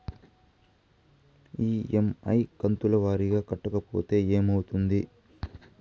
EMI కంతుల వారీగా కట్టకపోతే ఏమవుతుంది?